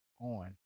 on